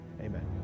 amen